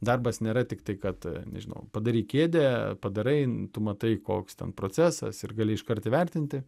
darbas nėra tiktai kad nežinau padarai kėdę padarai tu matai koks ten procesas ir gali iškart įvertinti